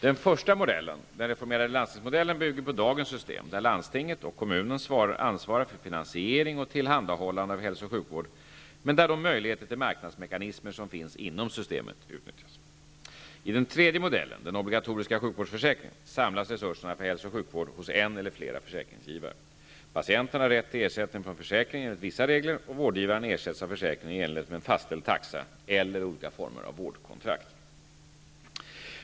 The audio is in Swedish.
Den första modellen -- den reformerade landstingsmodellen -- bygger på dagens system där landstinget och kommunen ansvarar för finansiering och tillhandahållande av hälso och sjukvård, men där de möjligheter till marknadsmekanismer som finns inom systemet utnyttjas. I den tredje modellen -- den obligatoriska sjukvårdsförsäkringen -- samlas resurserna för hälsooch sjukvård hos en eller flera försäkringsgivare. Patienten har rätt till ersättning från försäkringen enligt vissa regler, och vårdgivaren ersätts av försäkringen i enlighet med en fastställd taxa eller olika former av vårdkontrakt.